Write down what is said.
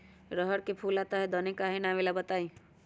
रहर मे फूल आता हैं दने काहे न आबेले बताई?